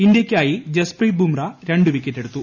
ഇന്ത്യയ്ക്കായി ജസ്പ്രീത് ബുംറ രണ്ടു വിക്കറ്റെടുത്തു